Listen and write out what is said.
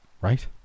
right